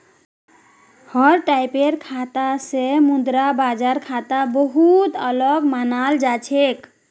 हर टाइपेर खाता स मुद्रा बाजार खाता बहु त अलग मानाल जा छेक